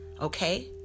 okay